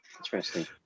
Interesting